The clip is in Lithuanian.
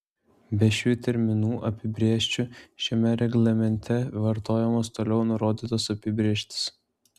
be šių terminų apibrėžčių šiame reglamente vartojamos toliau nurodytos apibrėžtys